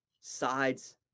sides